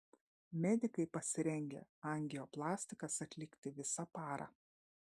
medikai pasirengę angioplastikas atlikti visą parą